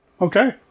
Okay